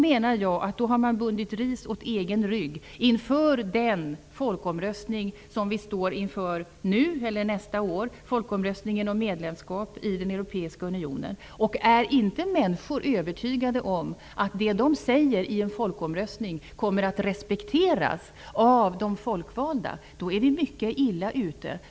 Men då binder man ris åt sin egen rygg inför folkomröstningen om medlemskap i den Europeiska unionen som vi står inför nu eller nästa år. Om inte människor är övertygade om att det de säger i en folkomröstning kommer att respekteras av de folkvalda, är vi mycket illa ute.